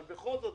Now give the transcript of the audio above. אבל בכל זאת,